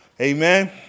Amen